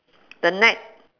the net